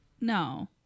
No